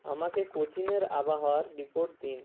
আমাকে কোচিনের আবহাওয়ার রিপোর্ট দিন